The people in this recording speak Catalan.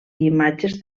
imatges